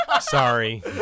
Sorry